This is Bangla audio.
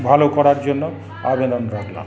ভালো করার জন্য আবেদন রাখলাম